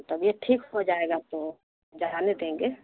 طبیعت ٹھیک ہو جائے گا تو جہانے دیں گے